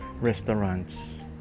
restaurants